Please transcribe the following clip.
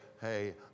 hey